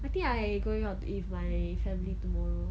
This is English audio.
I think I going out to eat with my family tomorrow